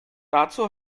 dazu